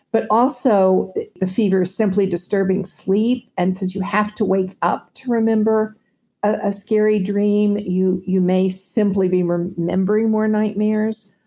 but also the fever is simply disturbing sleep, and since you have to wake up to remember a scary dream, you you may simply be remembering more nightmares.